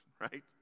right